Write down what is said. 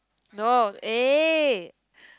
no eh